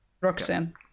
Roxanne